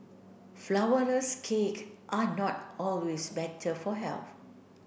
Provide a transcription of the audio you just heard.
flourless cake are not always better for health